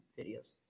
videos